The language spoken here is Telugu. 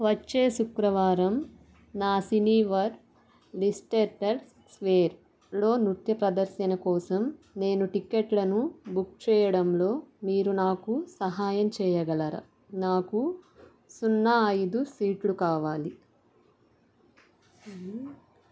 వచ్చే శుక్రవారం నా సినీవర్డ్ లిస్టెట్టర్స్ స్క్వేర్లో నృత్య ప్రదర్శన కోసం నేను టిక్కెట్లను బుక్ చెయ్యడంలో మీరు నాకు సహాయం చెయ్యగలరా నాకు సున్నా ఐదు సీట్లు కావాలి